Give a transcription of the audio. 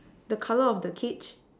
the colour of the kit